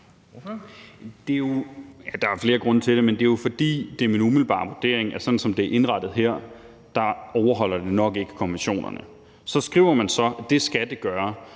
Der er flere grunde til det, men det er jo – det er min umiddelbare vurdering – fordi det, sådan som det er indrettet her, nok ikke overholder konventionerne. Så skriver man så, at det skal det gøre,